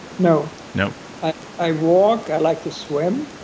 no no ah i walk. i like to swim.